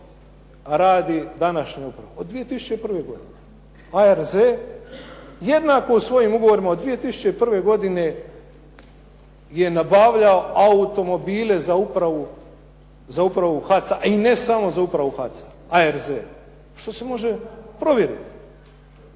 to radi današnja uprava, od 2001. godine. ARZ jednako u svojim ugovorima od 2001. godine je nabavljao automobile za upravu HAC-a, i ne samo za upravu HAC-a, ARZ, što se može provjeriti.